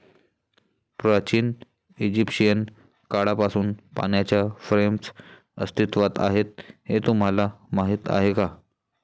प्राचीन इजिप्शियन काळापासून पाण्याच्या फ्रेम्स अस्तित्वात आहेत हे तुम्हाला माहीत आहे का?